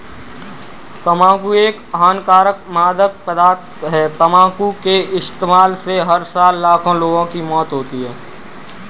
तंबाकू एक हानिकारक मादक पदार्थ है, तंबाकू के इस्तेमाल से हर साल लाखों लोगों की मौत होती है